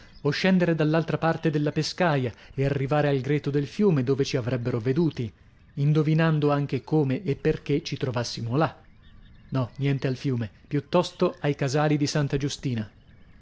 o scendere dall'altra parte della pescaia e arrivare al greto del fiume dove ci avrebbero veduti indovinando anche come e perchè ci trovassimo là no niente al fiume piuttosto ai casali di santa giustina